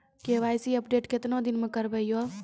KYC update केतना दिन मे करेबे यो?